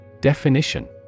Definition